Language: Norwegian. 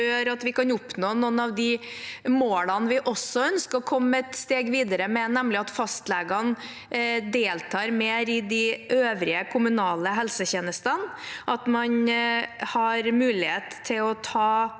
at vi kan oppnå noen av de målene vi også ønsker å komme et steg videre med, nemlig at fastlegene deltar mer i de øvrige kommunale helsetjenestene, og at man har mulighet til å ta